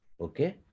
okay